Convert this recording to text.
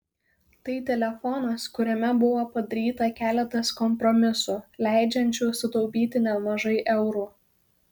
tai telefonas kuriame buvo padaryta keletas kompromisų leidžiančių sutaupyti nemažai eurų